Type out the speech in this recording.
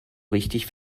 richtig